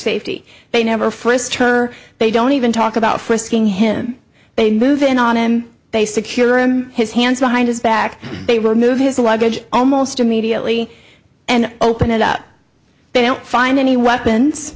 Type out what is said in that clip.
safety they never first turner they don't even talk about frisking him they move in on him they secure him his hands behind his back they remove his luggage almost immediately and open it up they don't find any weapons